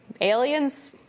aliens